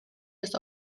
this